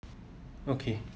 okay